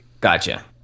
gotcha